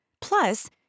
Plus